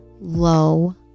low